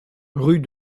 rue